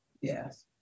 Yes